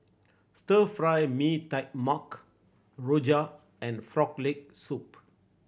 Stir Fry Mee Tai Mak rojak and Frog Leg Soup